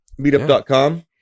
Meetup.com